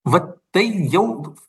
va tai jau